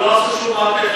אבל הם לא עשו שום מהפכה.